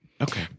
Okay